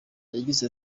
yagize